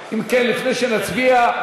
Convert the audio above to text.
לפני שנצביע,